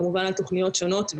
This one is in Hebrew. כמובן על תכניות שונות,